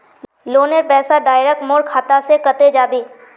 लोनेर पैसा डायरक मोर खाता से कते जाबे?